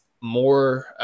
more –